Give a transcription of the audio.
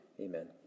Amen